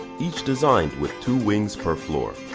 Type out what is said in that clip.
each designed with two wings per floor.